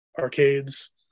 arcades